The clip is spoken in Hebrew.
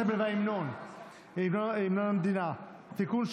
הסמל והמנון המדינה (תיקון,